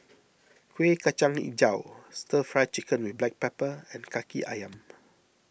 Kuih Kacang HiJau Stir Fry Chicken with Black Pepper and Kaki Ayam